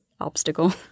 obstacle